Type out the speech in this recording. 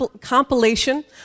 compilation